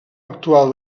actual